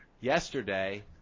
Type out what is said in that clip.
yesterday